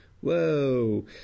whoa